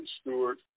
Stewart